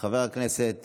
חבר הכנסת